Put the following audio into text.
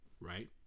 right